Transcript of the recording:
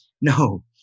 No